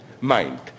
mind